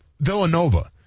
Villanova